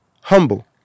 humble